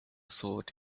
sword